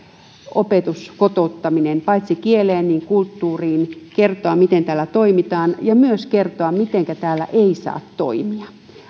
opetus kotouttaminen paitsi kieleen myös kulttuuriin kertoa miten täällä toimitaan ja myös kertoa mitenkä täällä ei saa toimia